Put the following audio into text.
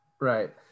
right